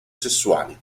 sessuali